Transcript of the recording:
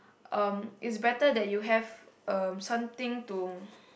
um it's better that you have um something to